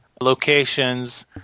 locations